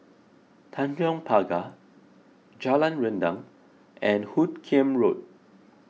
Tanjong Pagar Jalan Rendang and Hoot Kiam Road